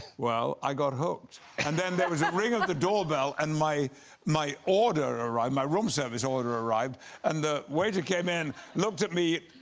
well, i got hooked. and then there was a ring at the door bell and my my order arrived my room service order arrived and the waiter came in, looked at me.